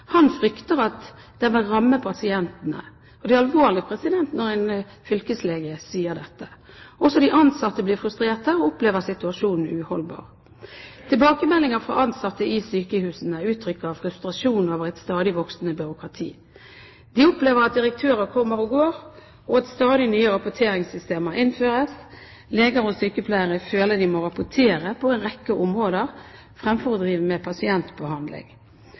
Han frykter at den vil ramme pasientene. Det er alvorlig når en fylkeslege sier dette. Også de ansatte blir frustrerte og opplever situasjonen uholdbar. Tilbakemeldinger fra ansatte i sykehusene gir uttrykk for frustrasjon over et stadig voksende byråkrati. De opplever at direktører kommer og går, og at stadig nye rapporteringssystemer innføres. Leger og sykepleiere føler de må rapportere på en rekke områder fremfor å drive med pasientbehandling.